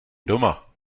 doma